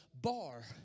bar